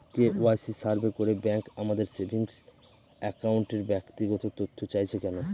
KYC survey করে bank আমাদের saving অ্যাকাউন্টের ব্যক্তিগত তথ্য চাইছে কেন?